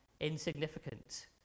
insignificant